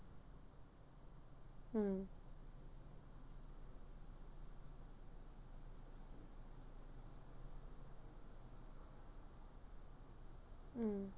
mm mm